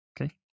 Okay